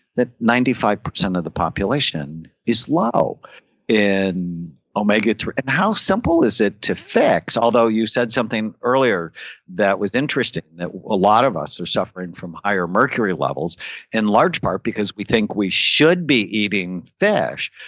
that ninety five percent of the population is low in omega three. and how simple is it to fix? although, you said something earlier that was interesting that a lot of us are suffering from higher mercury levels in large part because we think we should be eating fish.